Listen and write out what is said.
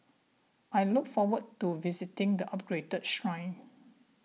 I look forward to visiting the upgraded shrine